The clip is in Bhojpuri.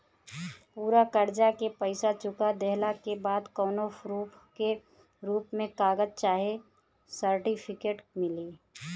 पूरा कर्जा के पईसा चुका देहला के बाद कौनो प्रूफ के रूप में कागज चाहे सर्टिफिकेट मिली?